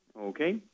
Okay